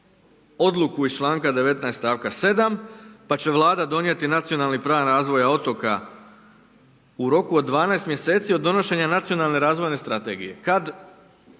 odluku iz članka 19. stavka 7 pa će vlada donijeti nacionalni program razvoja otoka u roku od 12 mjeseci od donošenja nacionalne razvojne strategije. Kad?